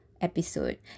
episode